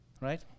Right